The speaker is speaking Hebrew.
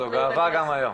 זו גאווה גם היום.